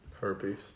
Herpes